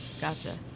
Gotcha